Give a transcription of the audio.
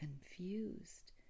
confused